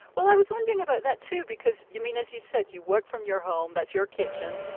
well, i was wondering about that, too, because you mean, as you've said, you work from your home, that's your kitchen.